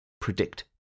predict